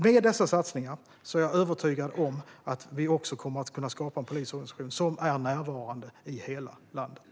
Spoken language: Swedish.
Med dessa satsningar är jag övertygad om att vi också kommer att kunna skapa en polisorganisation som är närvarande i hela landet.